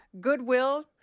goodwill